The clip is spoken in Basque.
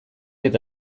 eta